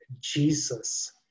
Jesus